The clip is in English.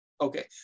Okay